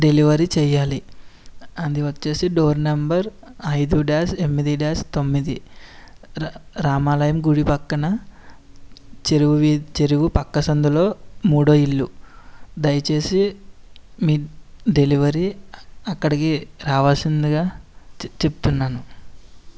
delivery చేయాలి అది వచ్చి డోర్ నెంబర్ ఐదు డాష్ ఎనిమిది డాష్ తొమ్మిది రామాలయం గుడి పక్కన చెరువు వీ పక్క సందులో మూడవ ఇల్లు దయచేసి మీ డెలివరీ అక్కడికి రావాల్సిందిగా చె చెప్తున్నాను